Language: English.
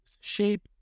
shape